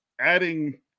adding